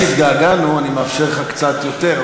מכיוון שהתגעגענו אני מאפשר לך קצת יותר,